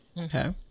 Okay